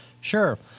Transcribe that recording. Sure